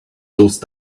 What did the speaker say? those